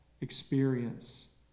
experience